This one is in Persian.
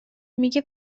میگه